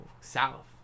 south